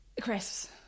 Crisps